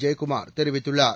ஜெயக்குமார் தெரிவித்துள்ளார்